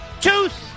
Tooth